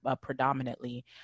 predominantly